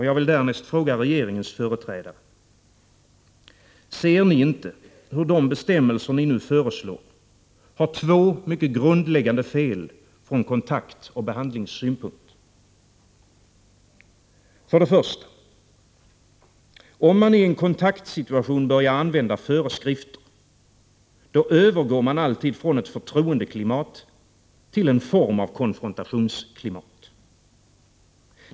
Jag vill därmed fråga regeringens företrädare: Ser ni inte hur de bestämmelser ni nu föreslår har två mycket grundläggande fel från kontaktoch behandlingssynpunkt? För det första: Om man i en kontaktsituation börjar använda föreskrifter, övergår man alltid från ett förtroendeklimat till en form av konfrontationsklimat.